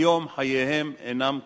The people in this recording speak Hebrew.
היום חייהם אינם קלים.